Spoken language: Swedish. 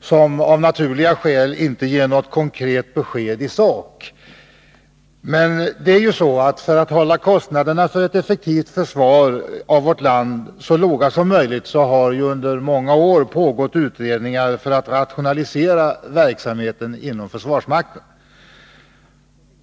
som av naturliga skäl inte ger något konkret besked i sak. Under många år har det pågått utredningar som syftat till att rationalisera verksamheten inom försvarsmakten, detta för att vi skall kunna hålla kostnaderna för ett effektivt försvar av vårt land så låga som möjligt.